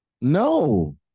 No